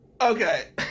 Okay